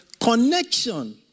connection